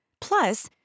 Plus